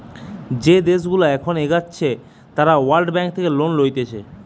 যে দেশগুলা এখন এগোচ্ছে তারা ওয়ার্ল্ড ব্যাঙ্ক থেকে লোন লইতেছে